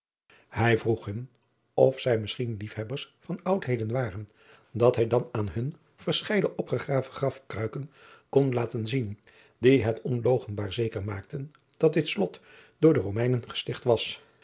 ij vroeg hun of zij misschien liefhebbers van oudheden waren dat hij dan aan hun verscheiden opgegraven grafkruiken kon laten zien die het onloochenbaar zeker maakten dat dit lot door de omeinen gesticht was